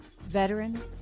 veteran